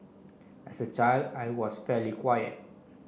as a child I was fairly quiet